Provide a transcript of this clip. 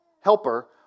helper